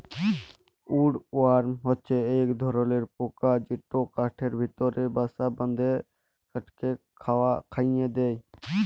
would worm হছে ইক ধরলর পকা যেট কাঠের ভিতরে বাসা বাঁধে কাঠকে খয়ায় দেই